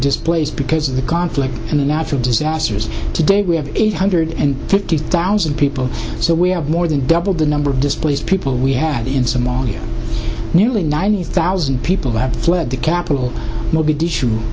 displaced because of the conflict and the natural disasters today we have eight hundred and fifty thousand people so we have more than doubled the number of displaced people we have in somalia nearly ninety thousand people have fled the capital mogadishu